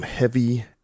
Heavy